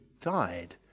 died